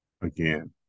Again